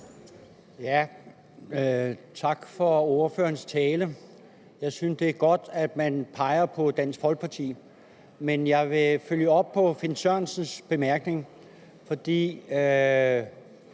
Tak for ordførerens tale. Jeg synes, det er godt, at man peger på Dansk Folkeparti. Men jeg vil følge op på hr. Finn Sørensens bemærkning,